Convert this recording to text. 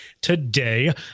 today